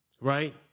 right